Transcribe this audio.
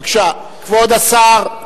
בבקשה, כבוד השר.